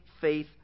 faith